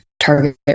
target